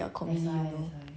then 你也是 like